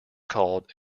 called